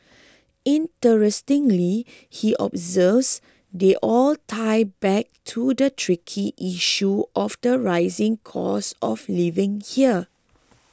interestingly he observes they all tie back to the tricky issue of the rising cost of living here